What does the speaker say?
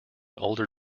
older